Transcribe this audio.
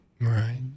Right